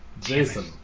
Jason